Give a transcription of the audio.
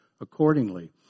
accordingly